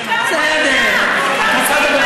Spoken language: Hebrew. אני רוצה לדבר,